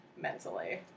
mentally